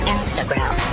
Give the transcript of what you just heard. Instagram